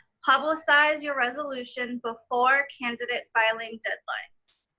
publicize your resolution before candidate filing deadlines.